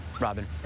Robin